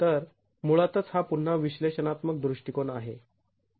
तर मुळातच हा पुन्हा विश्लेषणात्मक दृष्टिकोन आहे